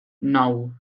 nou